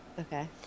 Okay